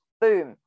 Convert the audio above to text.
boom